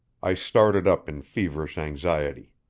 i started up in feverish anxiety.